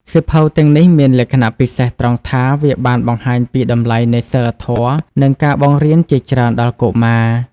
សៀវភៅទាំងនេះមានលក្ខណៈពិសេសត្រង់ថា វាបានបង្ហាញពីតម្លៃនៃសីលធម៌ និងការបង្រៀនជាច្រើនដល់កុមារ។